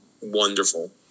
wonderful